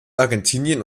argentinien